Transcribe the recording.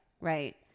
Right